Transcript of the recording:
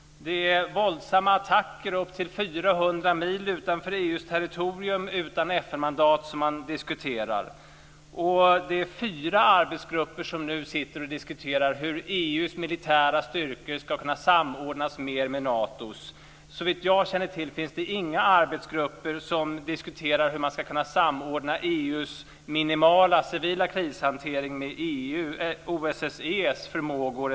Man diskuterar också våldsamma attacker upp till Fyra arbetsgrupper sitter nu och diskuterar hur EU:s militära styrkor ska kunna samordnas mer med Natos. Såvitt jag känner till finns det inga arbetsgrupper som diskuterar hur man ska kunna samordna EU:s minimala civila krishantering med OSSE:s eller FN:s.